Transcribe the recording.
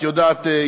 כפי שאת יודעת,